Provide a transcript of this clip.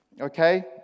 Okay